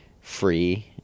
free